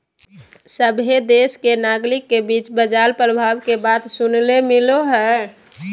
सभहे देश के नागरिक के बीच बाजार प्रभाव के बात सुने ले मिलो हय